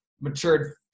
matured